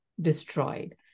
destroyed